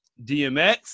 DMX